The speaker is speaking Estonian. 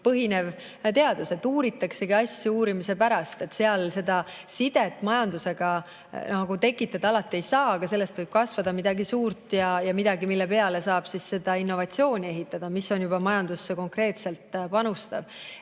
põhinev teadus, uuritaksegi asju uurimise pärast. Seal seda sidet majandusega alati ei saa tekitada, aga sellest võib kasvada midagi suurt ja midagi, mille peale saab ehitada seda innovatsiooni, mis on juba majandusse konkreetselt panustav.